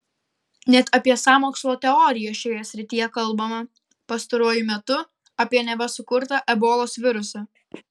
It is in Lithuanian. net apie sąmokslo teorijas šioje srityje kalbama pastaruoju metu apie neva sukurtą ebolos virusą